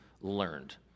learned